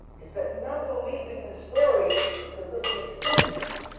is that not believing the story because doesn't make sense to you